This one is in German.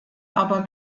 aber